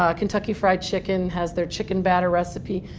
ah kentucky fried chicken has their chicken batter recipe,